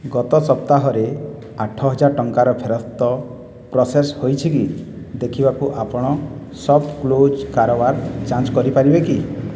ଗତ ସପ୍ତାହରେ ଆଠହଜାର ଟଙ୍କାର ଫେରସ୍ତ ପ୍ରୋସେସ୍ ହୋଇଛି କି ଦେଖିବାକୁ ଆପଣ ସପ୍ କ୍ଲୋଜ୍ କାରବାର ଯାଞ୍ଚ କରିପାରିବେ କି